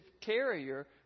carrier